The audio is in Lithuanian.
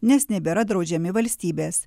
nes nebėra draudžiami valstybės